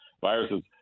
viruses